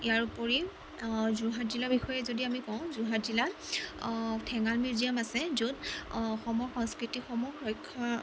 ইয়াৰ ওপৰি যোৰহাট জিলা বিষয়ে যদি আমি কওঁ যোৰহাট জিলা ঠেঙাল মিউজিয়াম আছে য'ত অসমৰ সংস্কৃতিসমূহ ৰক্ষা